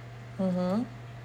mmhmm